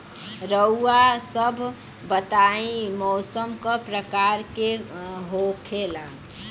रउआ सभ बताई मौसम क प्रकार के होखेला?